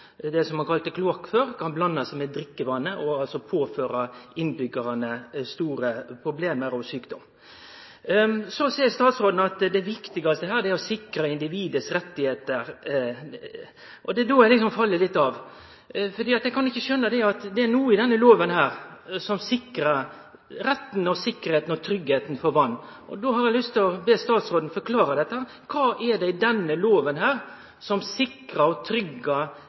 ein kalla kloakk før – kan blande seg med drikkevatnet og påføre innbyggjarane store problem og sjukdom. Så seier statsråden at det viktigaste er å sikre individets rettar. Det er då eg fell litt av, for eg kan ikkje skjøne at det er noko i denne loven som sikrar retten og sikkerheita og tryggleiken for vatn. Eg har til lyst å be statsråden forklare: Kva er det i denne loven som sikrar og